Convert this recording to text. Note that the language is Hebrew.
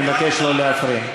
אני מבקש לא להפריע.